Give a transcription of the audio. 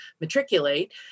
matriculate